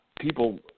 People